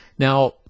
Now